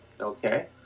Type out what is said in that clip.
Okay